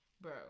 Bro